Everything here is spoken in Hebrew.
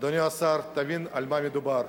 אדוני השר, תבין על מה מדובר.